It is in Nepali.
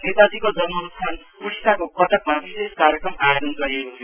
नेताजीको जन्मस्थान उड़ीसाको कटकमा विशेष कार्यक्रम आयोजन गरिएको थियो